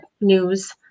news